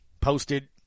posted